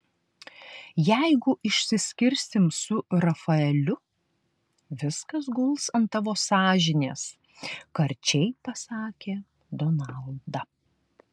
jeigu išsiskirsim su rafaeliu viskas guls ant tavo sąžinės karčiai pasakė donalda